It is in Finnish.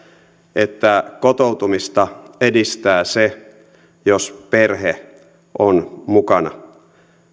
että kotoutumista edistää se jos perhe on mukana